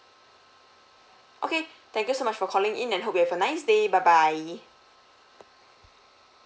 okay thank you so much for calling in and hope you have a nice day bye bye